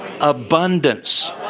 abundance